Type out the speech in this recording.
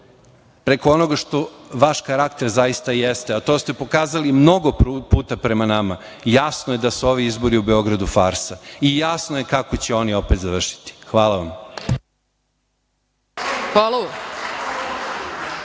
preko onoga što vaš karakter zaista jeste, a to ste pokazali mnogo puta pre nama, jasno je da su ovi izbori u Beogradu farsa i jasno je kako će oni opet završiti. Hvala vam.